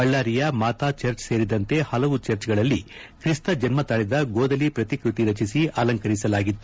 ಬಳ್ಳಾರಿಯ ಮಾತಾ ಚರ್ಚ್ ಸೇರಿದಂತೆ ಹಲವು ಚರ್ಚ್ಗಳಲ್ಲಿ ಕ್ರಿಸ್ತ ಜನ್ನ ತಾಳಿದ ಗೋದಲಿ ಪ್ರತಿಕೃತಿ ರಚಿಸಿ ಅಲಂಕರಿಸಲಾಗಿತ್ತು